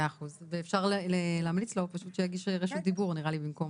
8. לפני סעיף 1 יבוא: מטרת חוק נוספת: מטרת חוק זה הינה לייצר מצג